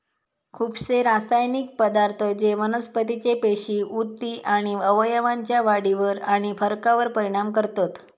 खुपशे रासायनिक पदार्थ जे वनस्पतीचे पेशी, उती आणि अवयवांच्या वाढीवर आणि फरकावर परिणाम करतत